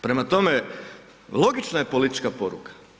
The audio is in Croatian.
Prema tome, logična je politička poruka.